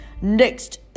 Next